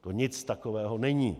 To nic takového není.